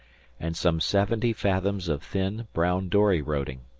and some seventy fathoms of thin, brown dory-roding.